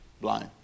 blind